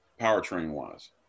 powertrain-wise